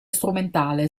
strumentale